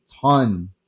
ton